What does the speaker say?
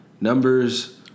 numbers